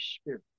Spirit